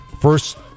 first